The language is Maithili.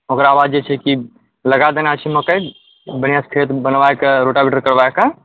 ओकरा बाद जे छै कि लगा देना छै मकइ बढिआँसँ खेत बनबा कऽ रोटो रुटर करवा कऽ